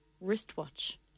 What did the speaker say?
Wristwatch